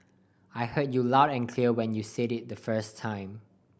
I heard you loud and clear when you said it the first time